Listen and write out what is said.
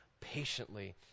patiently